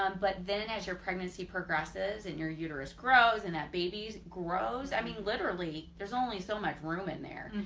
um but then as your pregnancy progresses and your uterus grows and that baby's grows i mean literally there's only so much room in there.